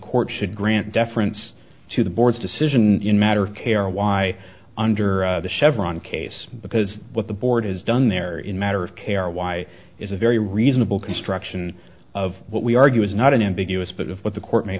court should grant deference to the board's decision in matter carol why under the chevron case because what the board is done there in a matter of care why is a very reasonable construction of what we argue is not an ambiguous but of what the court may